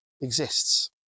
exists